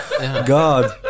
God